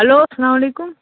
hello اَسلامُ عَلیکُم